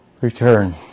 return